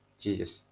jesus